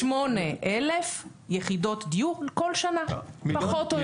כ-108,000 יחידות דיור כל שנה, פחות או יותר.